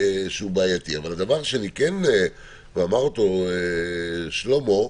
שאמר גם שלמה,